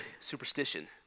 superstition